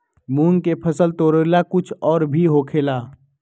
मूंग के फसल तोरेला कुछ और भी होखेला?